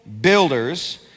builders